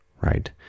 right